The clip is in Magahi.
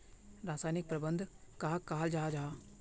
रासायनिक प्रबंधन कहाक कहाल जाहा जाहा?